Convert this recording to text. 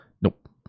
Nope